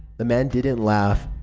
the man didn't laugh.